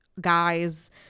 guys